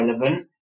relevant